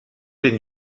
den